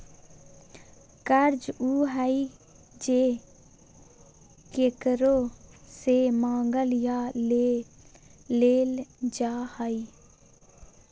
कर्ज उ हइ जे केकरो से मांगल या लेल जा हइ